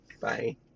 Bye